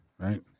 Right